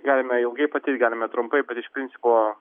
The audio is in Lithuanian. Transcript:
galime ilgai pateikt galime trumpai bet iš principo